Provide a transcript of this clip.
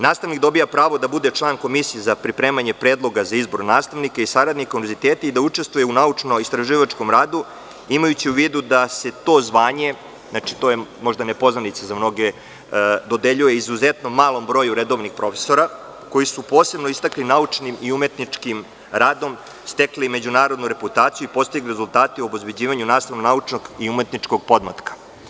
Nastavnik dobija pravo da bude član komisije za pripremanje predloga za izbor nastavnika i saradnika univerziteta i da učestvuje u naučno-istraživačkom radu, imajući u vidu da se to zvanje, to je možda nepoznanica za mnoge, dodeljuje izuzetno malom broju redovnih profesora koji su se posebno istakli naučnim i umetničkim radom, stekli međunarodnu reputaciju i postigli rezultate u obezbeđivanju nastavno-naučnog i umetničkog podmlatka.